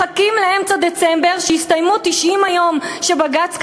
מחכים לאמצע דצמבר, שיסתיימו 90 היום שבג"ץ קבע,